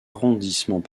arrondissement